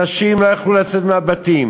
נשים לא יכלו לצאת מהבתים,